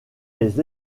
les